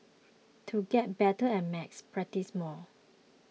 to get better at maths practise more